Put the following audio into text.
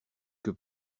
que